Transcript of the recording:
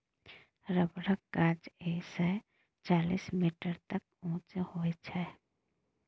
रबरक गाछ एक सय चालीस मीटर तक उँच होइ छै